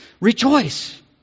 Rejoice